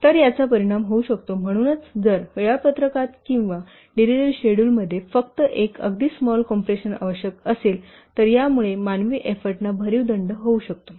तर याचा परिणाम होऊ शकतो म्हणूनच जर वेळापत्रकात किंवा डिलिव्हरी शेड्यूलमध्ये फक्त एक अगदीच स्मॉल कॉम्प्रेशन आवश्यक असेल तर यामुळे मानवी एफ्फोर्टना भरीव दंड होऊ शकतो